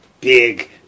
big